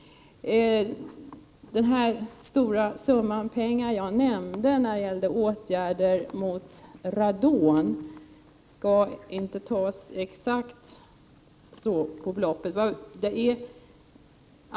Den stora summa pengar som jag angav för åtgärder mot radon skall inte tas som ett exakt belopp.